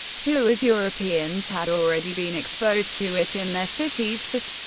who as europeans had already been exposed to it in their cities for